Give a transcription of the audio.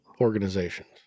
organizations